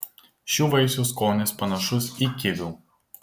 šių vaisių skonis panašus į kivių